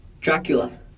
Dracula